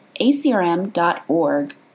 acrm.org